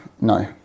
no